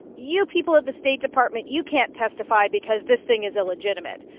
you people at the state department, you can't testify because this thing is illegitimate.